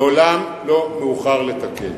לעולם לא מאוחר לתקן.